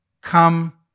come